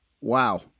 Wow